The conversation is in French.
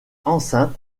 enceinte